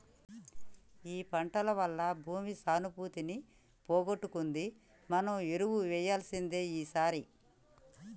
ఈ పంటల వల్ల భూమి సానుభూతిని పోగొట్టుకుంది మనం ఎరువు వేయాల్సిందే ఈసారి